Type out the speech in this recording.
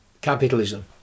capitalism